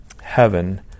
Heaven